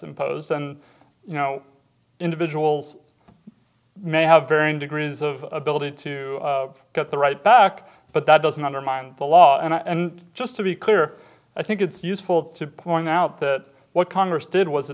imposed on you know individuals may have varying degrees of ability to get the right back but that doesn't undermine the law and just to be clear i think it's useful to point out that what congress did was